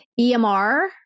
EMR